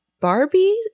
barbie